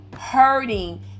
hurting